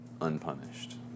unpunished